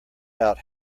out